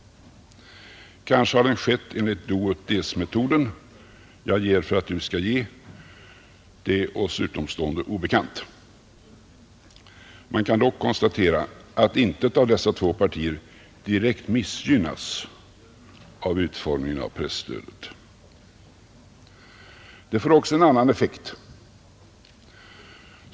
Kanske har den tillkommit enligt do, ut des-metoden: jag ger för att du skall ge. Det är för oss utomstående obekant. Man kan dock konstatera att intet av dessa två partier direkt missgynnas av utformningen av presstödet. Det får också en annan effekt.